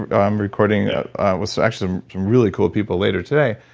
i'm recording what's actually some really cool people later today.